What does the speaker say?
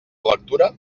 lectura